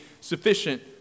sufficient